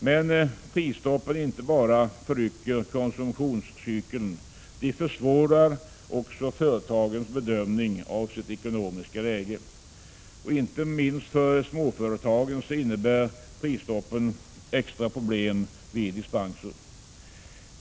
Men prisstoppen inte bara förrycker konsumtionscykeln, de försvårar också företagens bedömning av sitt ekonomiska läge. Inte minst för småföretagen innebär prisstoppen extra problem vid dispenser.